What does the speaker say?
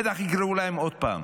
בטח יקראו להם עוד פעם,